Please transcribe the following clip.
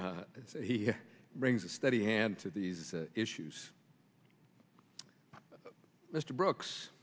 know he brings a steady hand to these issues mr brooks